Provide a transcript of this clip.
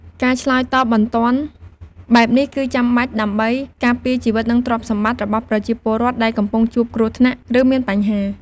ការឆ្លើយតបបន្ទាន់បែបនេះគឺចាំបាច់ដើម្បី ការពារជីវិត និងទ្រព្យសម្បត្តិ របស់ប្រជាពលរដ្ឋដែលកំពុងជួបគ្រោះថ្នាក់ ឬមានបញ្ហា។